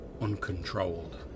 uncontrolled